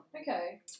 Okay